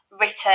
written